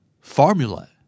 Formula